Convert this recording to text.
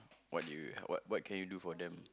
what do you what what can you do for them